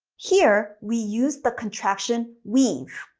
here, we use the contraction we've.